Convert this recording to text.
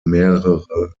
mehrere